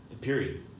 Period